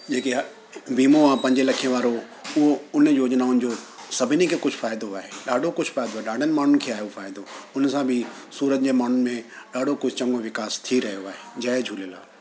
जेकी आहे वीमो आहे पंज लखे वारो उहो उन योजनाउनि जो सभिनी खे कुझु फ़ाइदो आहे ॾाढो कुझु फ़ाइदो आहे ॾाढनि माण्हुनि खे आहे उह फ़ाइदो उनसां बि सूरत जे माण्हुनि में ॾाढो कुझु चङो विकास थी रहियो आहे जय झूलेलाल